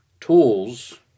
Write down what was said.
tools